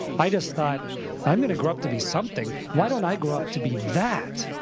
i just thought i'm going to grow up to be something, why don't i grow up to be that?